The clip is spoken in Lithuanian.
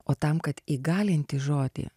o tam kad įgalinti žodį